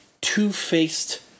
two-faced